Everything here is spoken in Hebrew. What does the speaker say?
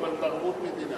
אבל בערבות מדינה.